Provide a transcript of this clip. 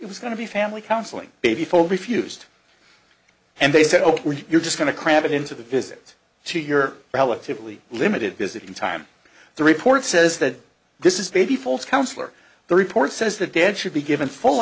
it was going to be family counseling before refused and they said oh you're just going to cram it into the visit to your relatively limited visit in time the report says that this is baby falls counsellor the report says the dead should be given full